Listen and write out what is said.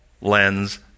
lens